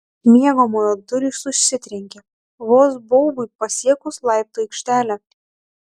miegamojo durys užsitrenkė vos baubui pasiekus laiptų aikštelę